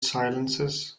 silences